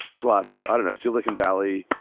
plus i don't know, silicon valley.